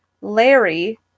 Larry